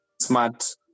Smart